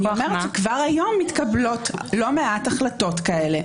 כבר היום מתקבלות לא מעט החלטות כאלה.